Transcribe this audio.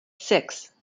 six